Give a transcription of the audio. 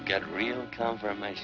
get real compromise